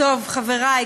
חברי,